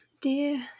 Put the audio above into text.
Dear